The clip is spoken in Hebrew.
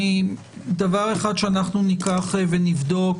דבר אחד שניקח ונבדוק